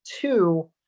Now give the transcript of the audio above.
two